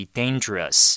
dangerous